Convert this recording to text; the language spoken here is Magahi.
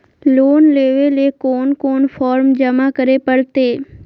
लोन लेवे ले कोन कोन फॉर्म जमा करे परते?